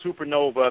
supernova